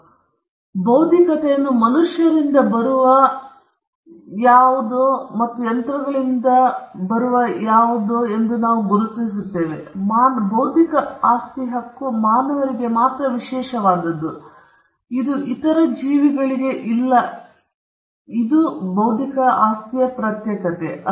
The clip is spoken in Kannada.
ಆದ್ದರಿಂದ ನಾವು ಬೌದ್ಧಿಕತೆಯನ್ನು ಮನುಷ್ಯರಿಂದ ಬರುವ ಯಾವುದೋ ಮತ್ತು ಯಂತ್ರಗಳಿಂದ ಬರುವ ಏನಾದರೂ ಅಲ್ಲ ಎಂದು ಗುರುತಿಸುತ್ತೇವೆ ನಾವು ಮಾನಸಿಕರಿಗೆ ವಿಶೇಷವಾದದ್ದು ಮತ್ತು ಇತರ ಜೀವಿಗಳಿಗೆ ಅಲ್ಲ ಎಂದು ಬೌದ್ಧಿಕತೆಯನ್ನು ಪ್ರತ್ಯೇಕಿಸುತ್ತೇವೆ